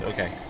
Okay